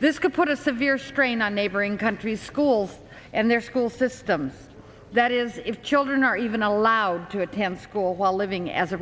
this could put a severe strain on neighboring countries schools and their school system that is if children are even allowed to attend school while living as a